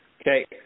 Okay